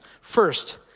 First